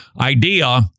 Idea